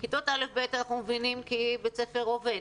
לגבי כיתות א'-ב' אנחנו מבינים כי בית הספר עובד,